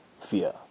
fear